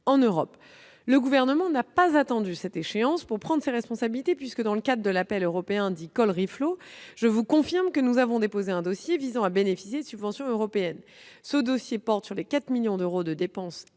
en Europe. Le Gouvernement n'a pas attendu cette échéance pour prendre ses responsabilités : je vous confirme que, dans le cadre de l'appel à projets européen dit « reflow call », nous avons déposé un dossier visant à bénéficier de subventions européennes. Celui-ci porte sur les 4 millions d'euros de dépenses